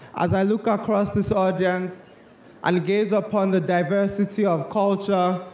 as i look across this audience and gaze upon the diversity of culture,